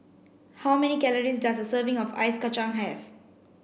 how many calories does a serving of Ice Kacang have